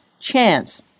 chance